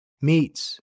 meats